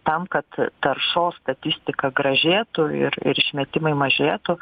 tam kad taršos statistika gražėtų ir ir išmetimai mažėtų